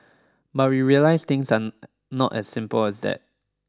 but we realized things are not as simple as that